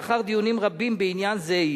לאחר דיונים רבים בעניין זה,